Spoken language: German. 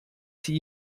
sie